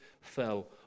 fell